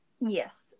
Yes